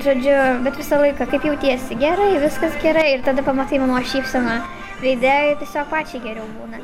žodžiu bet visą laiką kaip jautiesi gerai viskas gerai ir tada pamatai mamos šypseną veide ir tiesiog pačiai geriau būna